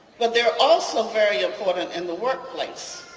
but they're also very important in the workplace.